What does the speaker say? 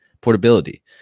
Portability